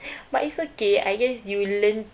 but it's okay I guess you learn